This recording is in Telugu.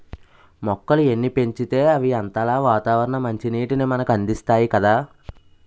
మొక్కలు ఎన్ని పెంచితే అవి అంతలా వాతావరణ మంచినీటిని మనకు అందిస్తాయి కదా